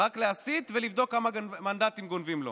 רק להסית ולבדוק כמה מנדטים גונבים לו.